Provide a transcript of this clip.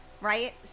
right